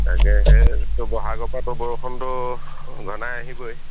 তাকে সেইটো বহাগৰ পাটো বৰষুণটো ঘনাই আহিবই